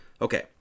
Okay